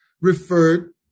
referred